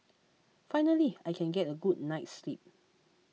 finally I can get a good night's sleep